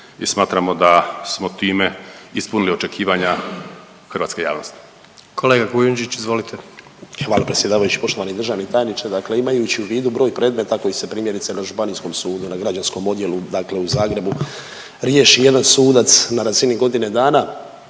smatramo da smo time ispunili očekivanja hrvatske javnosti.